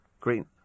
Green